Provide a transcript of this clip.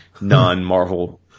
non-Marvel